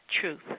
Truth